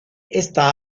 esta